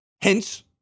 Hence